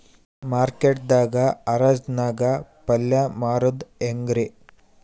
Market ದಾಗ್ ಹರಾಜ್ ನಾಗ್ ಪಲ್ಯ ಮಾರುದು ಹ್ಯಾಂಗ್ ರಿ?